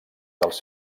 dels